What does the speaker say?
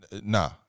nah